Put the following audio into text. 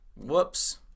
Whoops